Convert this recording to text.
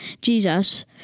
jesus